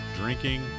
drinking